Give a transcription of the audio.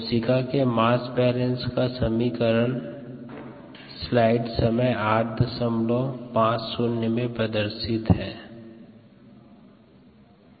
कोशिका के mass balance का समीकरण स्लाइड समय 0850 में दर्शित है यहाँ मास रेट्स दिया हैं